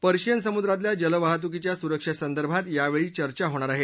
Persian समुद्रातल्या जलवाहतुकीच्या सुरक्षेसंदर्भात यावेळी चर्चा होणार आहे